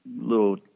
little